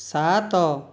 ସାତ